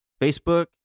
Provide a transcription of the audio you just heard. Facebook